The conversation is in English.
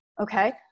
Okay